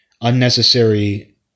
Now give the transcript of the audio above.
unnecessary